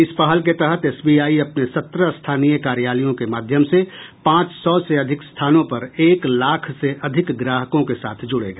इस पहल के तहत एसबीआई अपने सत्रह स्थानीय कार्यालयों के माध्यम से पांच सौ से अधिक स्थानों पर एक लाख से अधिक ग्राहकों के साथ जुड़ेगा